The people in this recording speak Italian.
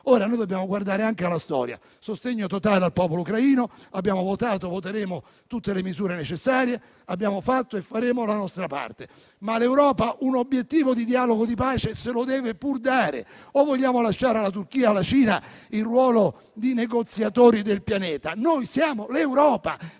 Cina. Dobbiamo guardare anche alla storia. Il sostegno al popolo ucraino è totale, abbiamo votato e voteremo tutte le misure necessarie e abbiamo fatto e faremo la nostra parte, ma l'Europa un obiettivo di dialogo di pace se lo deve pur dare o vogliamo lasciare alla Turchia e alla Cina il ruolo di negoziatori del pianeta? Noi siamo l'Europa,